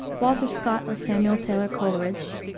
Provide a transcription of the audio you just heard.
walter scott or samuel taylor coleridge,